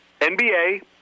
NBA